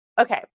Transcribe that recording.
okay